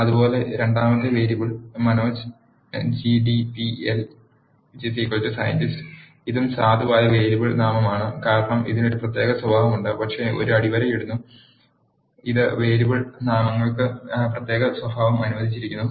അതുപോലെ രണ്ടാമത്തെ variable Manoj GDPL scientist ഇതും സാധുവായ വേരിയബിൾ നാമമാണ് കാരണം ഇതിന് ഒരു പ്രത്യേക സ്വഭാവമുണ്ട് പക്ഷേ ഇത് അടിവരയിടുന്നു ഇത് വേരിയബിൾ നാമങ്ങൾക്ക് പ്രത്യേക സ്വഭാവം അനുവദിച്ചിരിക്കുന്നു